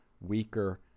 weaker